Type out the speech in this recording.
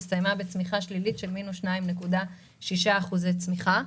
הסתיימה בצמיחה שלילית של מינוס 2.6% צמיחה.